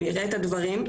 הוא יודע את הדברים,